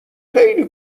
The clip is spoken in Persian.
خیلی